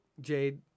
Jade